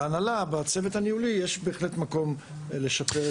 בהנהלה ובצוות הניהולי יש בהחלט מקום לשפר.